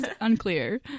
unclear